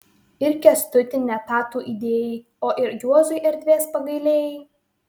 ir kęstutį ne tą tu įdėjai o ir juozui erdvės pagailėjai